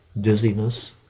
dizziness